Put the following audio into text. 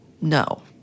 No